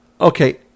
okay